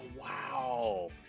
wow